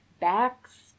Backs